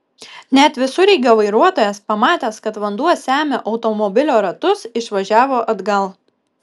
net visureigio vairuotojas pamatęs kad vanduo semia automobilio ratus išvažiavo atgal